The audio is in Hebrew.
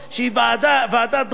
שתעשה דברים גדולים,